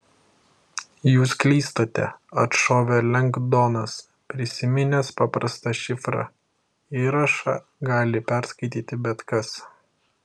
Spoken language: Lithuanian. jūs klystate atšovė lengdonas prisiminęs paprastą šifrą įrašą gali perskaityti bet kas